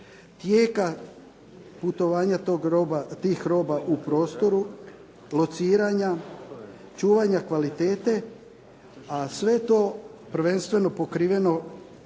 tijeka putovanja tih roba u prostoru, lociranja, čuvanja kvalitete a sve to prvenstveno pokriveno